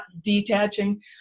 detaching